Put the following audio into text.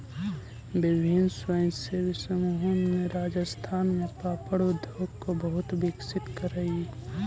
विभिन्न स्वयंसेवी समूहों ने राजस्थान में पापड़ उद्योग को बहुत विकसित करकई